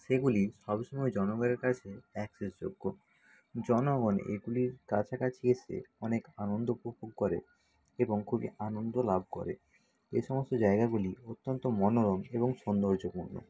সেগুলি সবসময় জনগণের কাছে অ্যাকসেসযোগ্য জনগণ এগুলির কাছাকাছি এসে অনেক আনন্দ উপভোগ করে এবং খুবই আনন্দ লাভ করে এই সমস্ত জায়গাগুলি অত্যন্ত মনোরম এবং সৌন্দর্যপূর্ণ